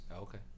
okay